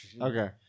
okay